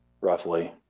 roughly